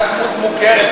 אתה דמות מוכרת,